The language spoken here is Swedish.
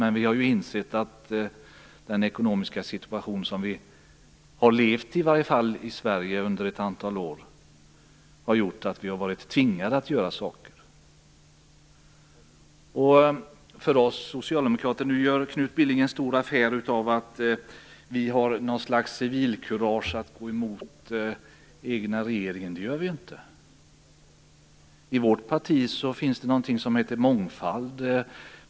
Men vi har insett att den ekonomiska situation som vi har levt med i Sverige under ett antal år har gjort att vi har varit tvingade att göra saker. Nu gör Knut Billing en stor affär av att vi socialdemokrater har något slags civilkurage att gå emot den egna regeringen. Det gör vi inte. I vårt parti finns det någonting som heter mångfald.